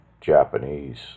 Japanese